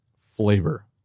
flavor